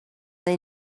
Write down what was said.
neu